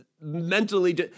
mentally